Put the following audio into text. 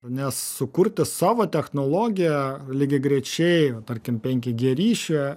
nes sukurti savo technologiją lygiagrečiai tarkim penki gie ryšį